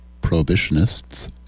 prohibitionists